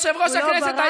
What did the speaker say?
תראו את יושב-ראש הכנסת,